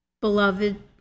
Beloved